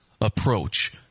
approach